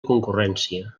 concurrència